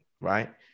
right